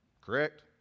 Correct